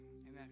Amen